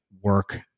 work